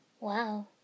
Wow